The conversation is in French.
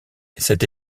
cette